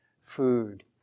Food